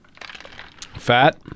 Fat